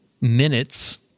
minutes